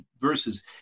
verses